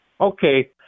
Okay